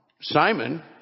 Simon